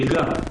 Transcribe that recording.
לסטודנטית.